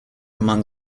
among